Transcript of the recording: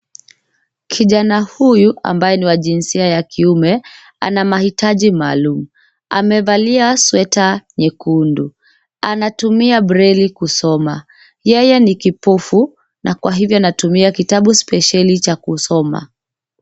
Kijana huyu ambaye ni wa jinsia ya kiume ana mahitaji maalum. Amevalia sweta nyekundu. Anatumia breli kusoma. Yeye ni kipofu na kwa hivyo anatumia kitabu spesheli cha kusoma.